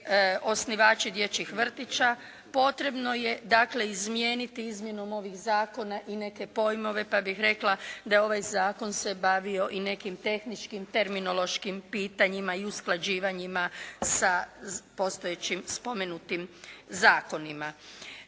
osnivači dječjih vrtića, potrebno je dakle izmijeniti izmjenom ovih zakona i neke pojmove pa bih rekla da ovaj zakon se bavio i nekim tehničkim terminološkim pitanjima i usklađivanjima sa postojećim spomenutim zakonima.